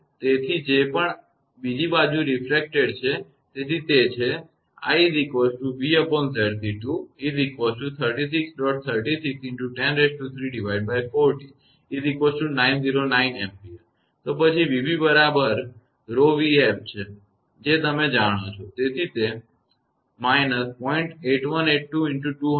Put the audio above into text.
તેથી જે પણ બીજી બાજુ રિફ્રેકટેડ છે તેથી તે છે તો પછી 𝑣𝑏 બરાબર 𝜌𝑣𝑓 છે જે તમે જાણો છો તેથી તે −0